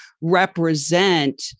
represent